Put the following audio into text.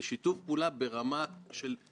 וגם בדברים האלה לא קיבלנו שיתוף פעולה.